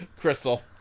Crystal